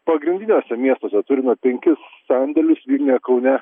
pagrindiniuose miestuose turime penkis sandėlius vilniuje kaune